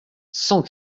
cent